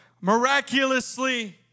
miraculously